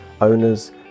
owners